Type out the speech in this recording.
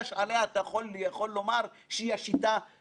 ואחת המשימות שלנו היא לספר לציבור